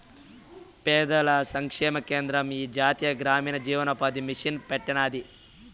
పేదల సంక్షేమ కేంద్రం ఈ జాతీయ గ్రామీణ జీవనోపాది మిసన్ పెట్టినాది